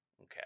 Okay